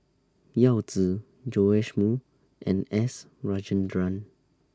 Yao Zi Joash Moo and S Rajendran